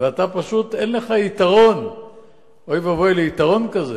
ואתה, פשוט אין לך יתרון אוי ואבוי ליתרון כזה,